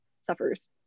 suffers